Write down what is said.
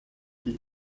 tea